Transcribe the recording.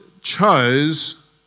chose